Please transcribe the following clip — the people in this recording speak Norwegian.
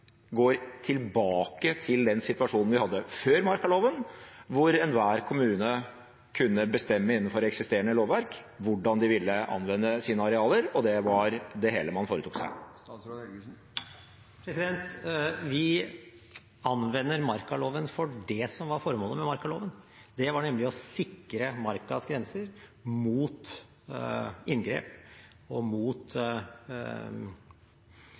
går tilbake til den situasjonen vi hadde før markaloven, hvor enhver kommune kunne bestemme innenfor eksisterende lovverk hvordan de ville anvende sine arealer, og det var alt man foretok seg? Vi anvender markaloven for det som var formålet med markaloven. Det var nemlig å sikre markas grenser mot inngrep og